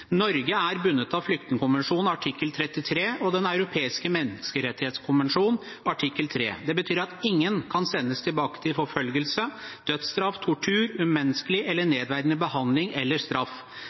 Norge er bundet av flyktningkonvensjonen artikkel 33 og Den europeiske menneskerettskonvensjonen artikkel 3. Det betyr at ingen kan sendes tilbake til forfølgelse, dødsstraff, tortur, umenneskelig eller nedverdigende behandling eller straff.